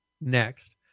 next